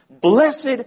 Blessed